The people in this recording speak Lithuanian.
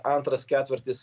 antras ketvirtis